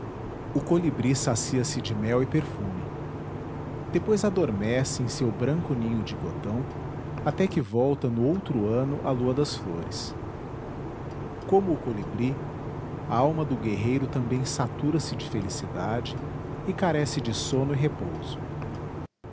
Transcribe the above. o colibri sacia se de mel e perfume depois adormece em seu branco ninho de cotão até que volta no outro ano a lua das flores como o colibri a alma do guerreiro também satura se de felicidade e carece de sono e repouso